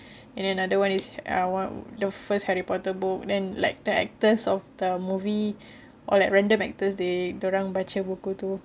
and another one is uh one the first harry potter book then like the actors of the movie or like random actors they dia orang baca buku itu